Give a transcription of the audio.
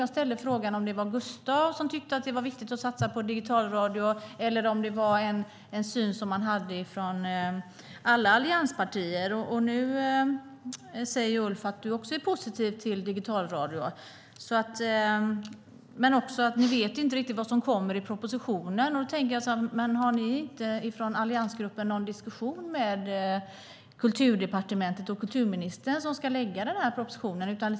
Jag frågade om det var Gustaf som tyckte att det var viktigt att satsa på digitalradio, eller om det var en syn som fanns i alla allianspartier. Nu säger Ulf Nilsson att han också är positiv till digitalradio, men att ni inte vet vad som kommer i propositionen. Men har inte alliansgruppen någon diskussion med Kulturdepartementet och kulturministern som ska lägga fram propositionen?